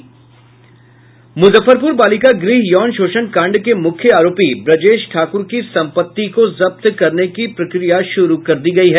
मुजफ्फरपुर बालिका गृह यौन शोषण कांड के मुख्य आरोपी ब्रजेश ठाकुर की संपत्ति को जब्त करने की प्रक्रिया शुरू कर दी गयी है